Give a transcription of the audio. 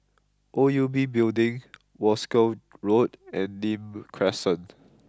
O U B Building Wolskel Road and Nim Crescent